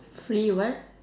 free what